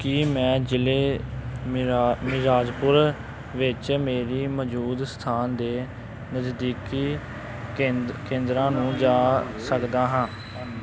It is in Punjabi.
ਕੀ ਮੈਂ ਜ਼ਿਲ੍ਹੇ ਮਿਰਾ ਮਿਰਜ਼ਾਪੁਰ ਵਿੱਚ ਮੇਰੀ ਮੌਜੂਦ ਸਥਾਨ ਦੇ ਨਜ਼ਦੀਕੀ ਕੇਂਦ ਕੇਂਦਰਾਂ ਨੂੰ ਜਾਣ ਸਕਦਾ ਹਾਂ